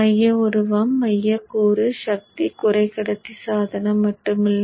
மைய உருவம் மையக் கூறு சக்தி குறைக்கடத்தி சாதனம் மட்டுமல்ல